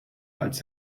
als